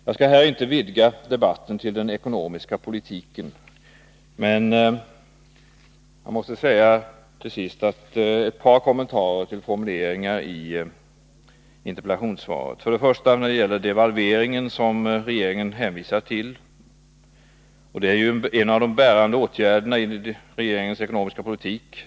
Jag skall inte vidga debatten till den ekonomiska politiken, men jag måste till sist lämna ett par kommentarer till formuleringar i interpellationssvaret. Den första punkten gäller devalveringen, som regeringen hänvisar till. Devalveringen är ju en av de bärande åtgärderna i regeringens ekonomiska politik.